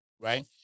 right